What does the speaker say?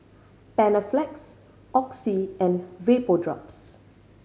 Panaflex Oxy and Vapodrops